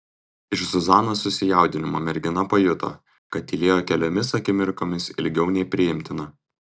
iš zuzanos susijaudinimo mergina pajuto kad tylėjo keliomis akimirkomis ilgiau nei priimtina